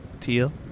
Teal